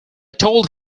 told